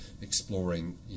exploring